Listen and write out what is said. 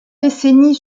décennies